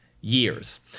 years